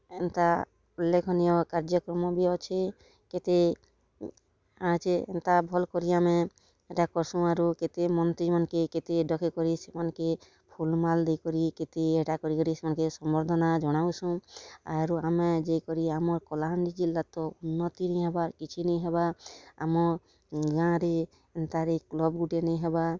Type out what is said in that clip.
ଏନ୍ତା ଉଲ୍ଲେଖନୀୟ କାଯ୍ୟକ୍ରମ ବି ଅଛେ କେତେ ଏ କାଁଜେ ଏନ୍ତା ଭଲ୍ କରି ଆମେ ହେଟା କର୍ସୁଁ ଆରୁ କେତେ ମନ୍ତ୍ରୀମାନ୍କେ କେତେ ଡକେକରି ସେମାନ୍କେ ଫୁଲ୍ ମାଲ୍ ଦେଇକରି କେତେ ହେଟା କରିକରି ସେମାନ୍କେ ସମର୍ଦ୍ଧନା ଜଣାସୁଁ ଆରୁ ଆମେ ଯାଇକରି ଆମର୍ କଲାହାଣ୍ଡି ଜିଲ୍ଲା ତ ଉନ୍ନତି ନି ହେବାର୍ କିଛି ନେଇଁ ହେବାର୍ ଆମ ଗାଁରେ ଏନ୍ତାରେ କ୍ଲବ୍ ଗୁଟେ ନାଇଁ ହେବା